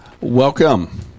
welcome